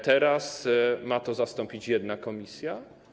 Teraz ma to zastąpić jedna komisja.